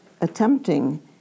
attempting